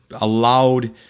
allowed